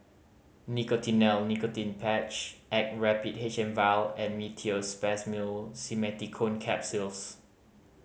Nicotinell Nicotine Patch Actrapid H M Vial and Meteospasmyl Simeticone Capsules